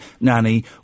nanny